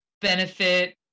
benefit